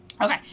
Okay